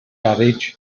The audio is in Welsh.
garej